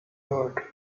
heart